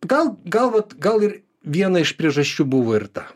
gal gal vat gal ir viena iš priežasčių buvo ir ta